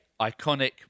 iconic